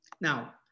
Now